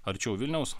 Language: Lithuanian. arčiau vilniaus